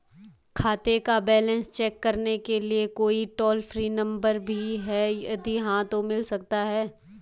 खाते का balance check करने के लिए कोई टॉल फ्री नम्बर भी है यदि हाँ तो मिल सकता है?